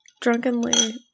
drunkenly